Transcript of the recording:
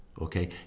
Okay